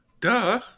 Duh